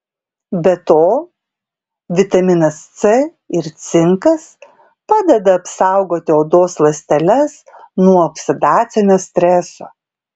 be to vitaminas c ir cinkas padeda apsaugoti odos ląsteles nuo oksidacinio streso